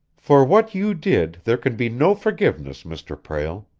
for what you did, there can be no forgiveness, mr. prale.